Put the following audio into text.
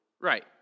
Right